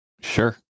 Sure